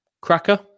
Cracker